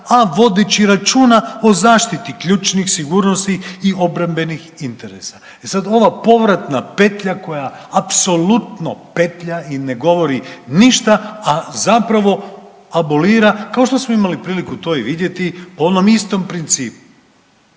a vodeći računa o zaštiti ključnih sigurnosti i obrambenih interesa“. E sad ova povratna petlja koja apsolutno petlja i ne govori ništa, a zapravo abolira kao što smo imali priliku to i vidjeti po onom istom principu